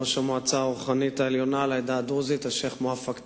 ראש המועצה הרוחנית העליונה לעדה הדרוזית השיח' מואפק טריף,